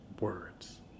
words